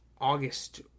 August